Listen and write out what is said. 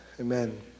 Amen